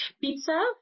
pizza